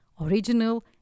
original